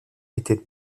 était